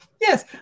yes